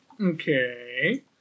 Okay